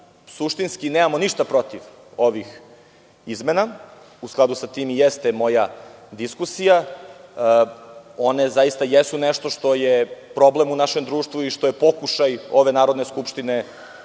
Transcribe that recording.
suštinski nemamo ništa protiv ovih izmena. U skladu sa tim jeste moja diskusija. One zaista jesu nešto što je problem u našem društvu i što je pokušaj ove Narodne skupštine, a i